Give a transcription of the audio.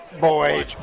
Boy